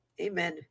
Amen